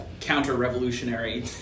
Counter-revolutionary